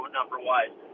number-wise